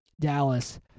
Dallas